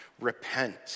Repent